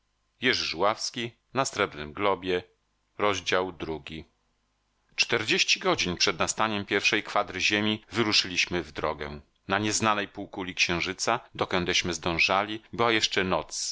pustyniami czterdzieści godzin przed nastaniem pierwszej kwadry ziemi wyruszyliśmy w drogę na nieznanej półkuli księżyca dokądeśmy zdążali była jeszcze noc